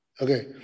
Okay